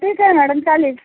ठीक आहे मॅडम चालेल